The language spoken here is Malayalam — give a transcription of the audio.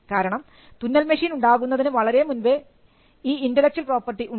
കാരണം തുന്നൽ മെഷീൻ ഉണ്ടാകുന്നതിന് വളരെ മുൻപേ ഈ ഇന്റെലക്ച്വൽ പ്രോപ്പർട്ടി ഉണ്ടായിരുന്നു